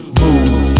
move